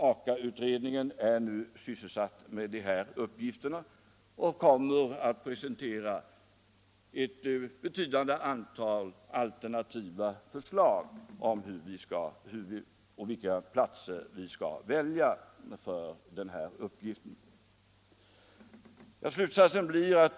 Aka-utredningen är nu sysselsatt med dessa uppgifter och kommer att presentera ett betydande antal alternativa förslag om vilka platser vi skall välja.